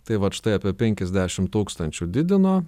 tai vat štai apie penkisdešimt tūkstančių didino